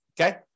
Okay